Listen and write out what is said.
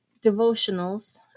devotionals